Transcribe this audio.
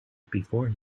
before